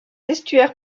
estuaires